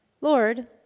Lord